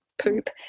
poop